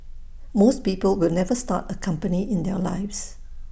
most people will never start A company in their lives